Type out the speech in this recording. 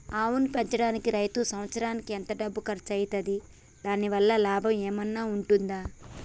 ఆవును పెంచడానికి రైతుకు సంవత్సరానికి ఎంత డబ్బు ఖర్చు అయితది? దాని వల్ల లాభం ఏమన్నా ఉంటుందా?